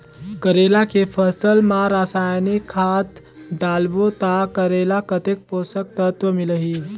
करेला के फसल मा रसायनिक खाद डालबो ता करेला कतेक पोषक तत्व मिलही?